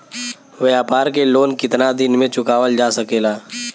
व्यापार के लोन कितना दिन मे चुकावल जा सकेला?